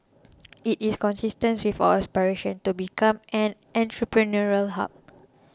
it is consistent with our aspiration to become an entrepreneurial hub